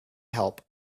help